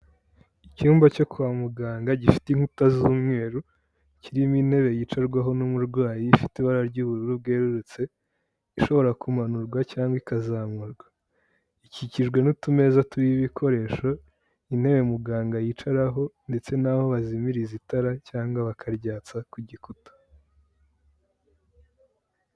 Icyumba cyo kwa muganga gifite inkuta z'umweru kirimo intebe yicarwaho n'umurwayi, ifite ibara ry'ubururu bwererutse ishobora kumanurwa cyangwa ikazamurwa, ikikijwe n'utumeza turiho ibikoresho, intebe muganga yicaraho ndetse n'aho bazimiriza itara cyangwa bakaryatsa ku gikuta.